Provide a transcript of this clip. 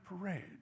parade